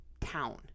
town